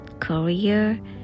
career